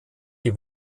die